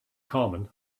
common